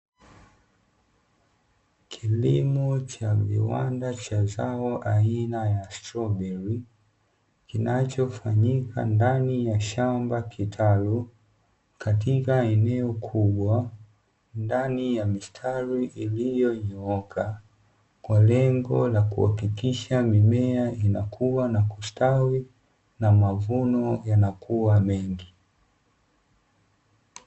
Kilimo cha viwanda cha zao aina ya stroberi kinachofanyika ndani ya shamba kitalu katika eneo kubwa ndani ya mistari iliyonyooka, kwa lengo la kuhakikisha mimea inakua na kustawi na mavuno yanakua mengi.